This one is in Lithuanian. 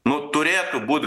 nu turėtų būt